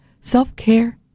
Self-care